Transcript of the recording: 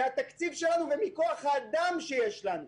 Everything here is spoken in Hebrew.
מהתקציב שלנו ומכוח האדם שיש לנו.